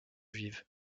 juive